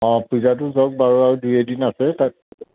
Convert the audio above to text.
অঁ পূজাটো যাওক বাৰু আৰু দুই এদিন আছে তাত